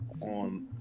on